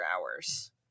hours